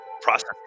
processing